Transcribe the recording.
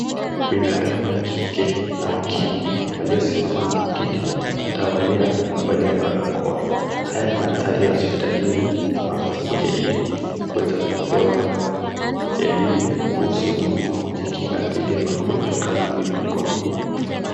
Binadamu wa kike na wa kiume waliosimama na kuketi mtawalia wamevalia barakoa. Haya ni mandhari ya hospitalini na wamekuja ili kuweza kupewa elimu kuhusu umuhimu wa kijikinga dhidhi ya magonjwa kama vile Covid .